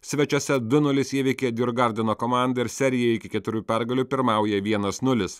svečiuose du nulis įveikė djurgardeno komandą ir serijoje iki keturių pergalių pirmauja vienas nulis